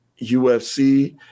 UFC